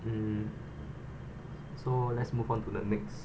hmm so let's move on to the next